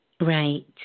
Right